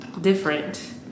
different